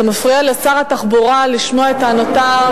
אתה מפריע לשר התחבורה לשמוע את טענותיו,